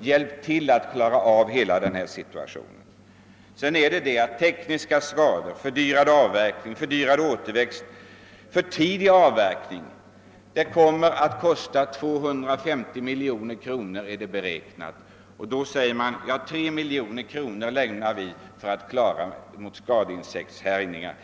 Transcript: hjälpa till att klara denna situation. Tekniska skador, fördyrad avverkning, fördyrad återväxt och för tidig avverkning kommer att kosta 250 miljoner kronor enligt de beräkningar som gjorts. Då lämnar man 3 miljoner kronor för att klara skadeinsektshärjningar.